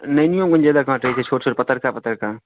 नैनिओमे ज्यादा काँट रहैत छै छोट छोट पतरका पतरका